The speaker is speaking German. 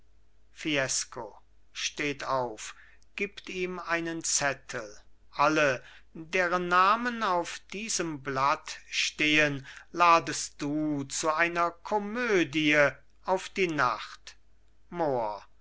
fiesco steht auf gibt ihm einen zettel alle deren namen auf diesem blatt stehen ladest du zu einer komödie auf die nacht mohr